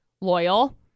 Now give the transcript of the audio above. loyal